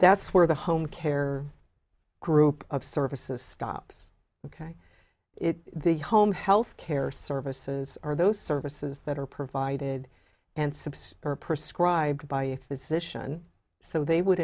that's where the home care group of services stops ok it the home health care services are those services that are provided and subsist prescribe by a physician so they would